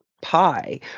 pie